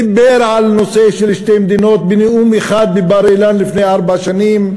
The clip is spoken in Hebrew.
הוא דיבר על הנושא של שתי מדינות בנאום אחד בבר-אילן לפני ארבע שנים,